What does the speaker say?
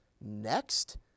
Next